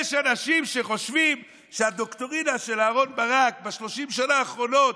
יש אנשים שחושבים שהדוקטרינה של אהרן ברק ב-30 השנה האחרונות,